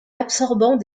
absorbant